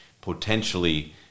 potentially